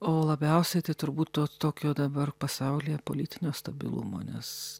o labiausiai tai turbūt to tokio dabar pasaulyje politinio stabilumo nes